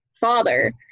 father